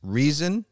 reason